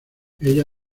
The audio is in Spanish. ella